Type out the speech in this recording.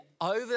over